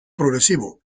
progresivo